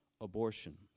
abortion